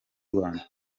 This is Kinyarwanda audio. rwanda